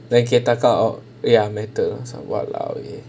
then can tackle out ya method !walao! eh